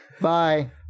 Bye